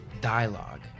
dialogue